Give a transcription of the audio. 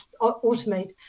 automate